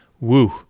Woo